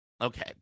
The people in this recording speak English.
Okay